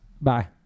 Bye